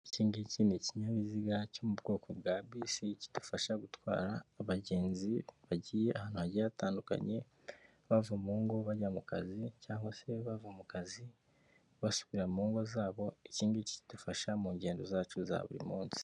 Iki ngiki ni kinyabiziga cyo mu bwoko bwa bisi kidufasha gutwara abagenzi bagiye ahantu hagiye hatandukanye bava mu ngo bajya mu kazi cyangwa se bava mu kazi basubira mu ngo zabo iki ngiki kidufasha mu ngendo zacu za buri munsi.